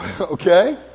okay